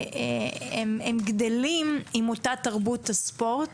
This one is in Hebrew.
הם גדלים עם אותה תרבות ספורט